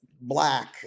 black